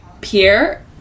Pierre